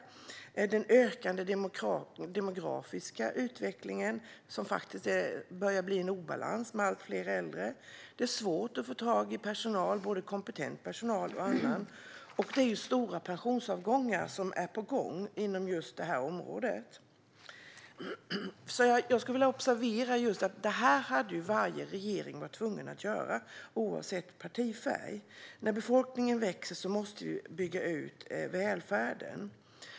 Med den ökande demografiska utvecklingen börjar det bli en obalans med allt fler äldre. Det är svårt att få tag i personal, både kompetent personal och annan personal. Det är också stora pensionsavgångar på gång inom just detta område. Jag skulle därför vilja betona att varje regering hade varit tvungen att göra detta, oavsett partifärg. När befolkningen växer måste vi bygga ut välfärden.